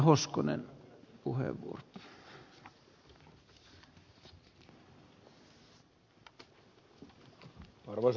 arvoisa herra puhemies